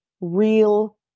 real